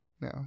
No